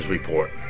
report